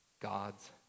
God's